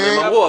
כן.